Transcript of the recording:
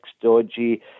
dodgy